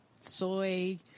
soy